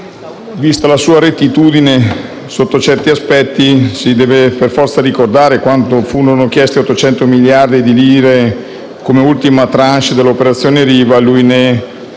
Vista la sua rettitudine sotto certi aspetti, si deve per forza ricordare quando furono chiesti 800 miliardi di lire come ultima *tranche* dell'operazione e lui ne